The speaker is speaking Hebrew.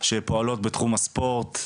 שפועלות בתחום הספורט.